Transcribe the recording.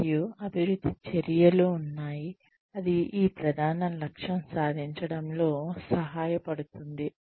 మరియు అభివృద్ధి చర్యలు ఉన్నాయి అది ఈ ప్రధాన లక్ష్యం సాధించడంలో సహాయపడుతుంది